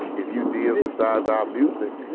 if you de-emphasize our music,